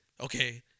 Okay